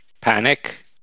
panic